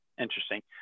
Interesting